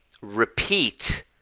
repeat